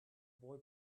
boy